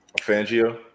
Fangio